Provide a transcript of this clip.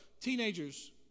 Teenagers